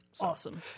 Awesome